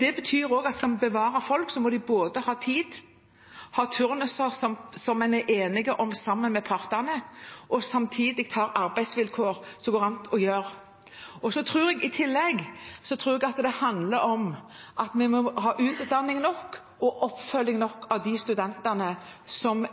Det betyr at skal man beholde folk, må de både ha tid – turnuser som en er blitt enige om sammen med partene – og gode arbeidsvilkår. I tillegg tror jeg at det handler om at vi må ha nok utdanning og oppfølging av studentene som